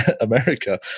America